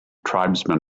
tribesmen